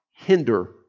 Hinder